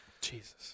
Jesus